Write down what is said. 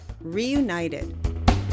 reunited